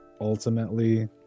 ultimately